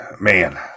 man